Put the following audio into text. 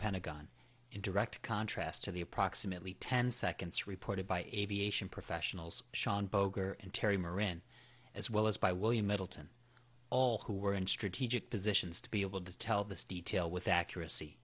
pentagon in direct contrast to the approximately ten seconds reported by aviation professionals sean boger and terry moran as well as by william middleton all who were in strategic positions to be able to tell this detail with accuracy